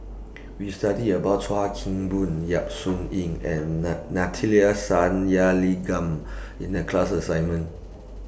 We studied about Chuan Keng Boon Yap Su Yin and Sathyalingam in The class assignment